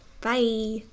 Bye